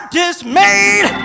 dismayed